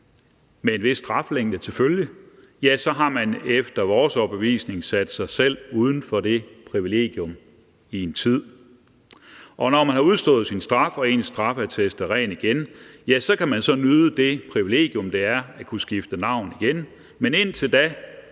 med en vis straflængde til følge, har man efter vores overbevisning sat sig selv uden for det privilegium i en tid. Og når man har udstået sin straf og ens straffeattest er ren igen, kan man så nyde det privilegium, det er at kunne skifte navn igen. Men indtil da